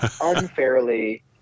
unfairly